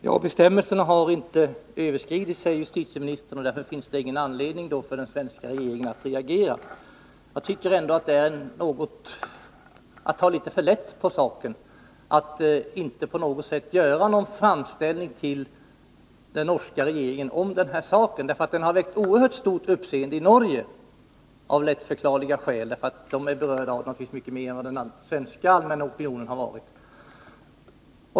Herr talman! Bestämmelserna har inte överskridits, säger justitieministern, och därför finns det ingen anledning för den svenska regeringen att reagera. Jag tycker det är att ta litet för lätt på det hela, när man inte på något sätt gör en framställning till den norska regeringen om saken, som av lätt förklarliga skäl väckt oerhört stort uppseende i Norge. Norrmännen är naturligtvis mycket mer berörda än den allmänna svenska opinionen varit.